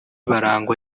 barangwa